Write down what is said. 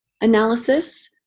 analysis